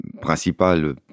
principale